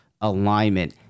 alignment